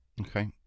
Okay